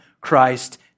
Christ